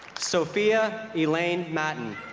sophia elaine matton